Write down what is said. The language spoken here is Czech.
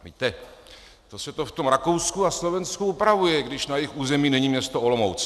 Víte, to se to v tom Rakousku a Slovensku upravuje, když na jejich území není město Olomouc.